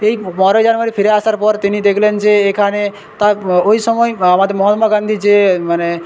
এই বারোই জানুয়ারি ফিরে আসার পর তিনি দেখলেন যে এখানে তা ও ওই সময় আমাদের মহাত্মা গান্ধী যে মানে